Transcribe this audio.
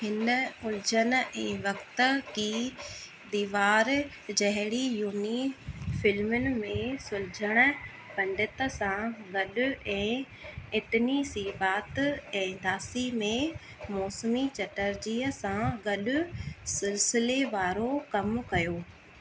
हिन उलझन ऐं वक़्त की दीवार जहिड़ियुनि फ़िल्मुनि में सुलझण पंडित सां गॾु ऐं इतनी सी बात ऐं दासी में मौसमी चटर्जीअ सां गॾु सिलसिले वारो कमु कयो